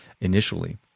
initially